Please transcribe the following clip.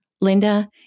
Linda